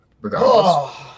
regardless